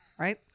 Right